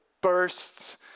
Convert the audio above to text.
bursts